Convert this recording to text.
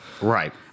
right